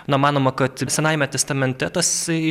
na manoma kad ir senajame testamente tasai